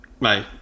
Bye